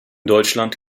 deutschland